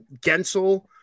Gensel